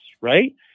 right